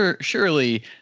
Surely